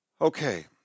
Okay